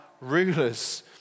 rulers